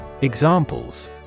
Examples